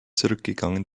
zurückgegangen